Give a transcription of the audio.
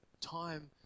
time